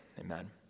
Amen